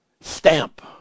stamp